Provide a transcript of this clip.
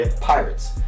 pirates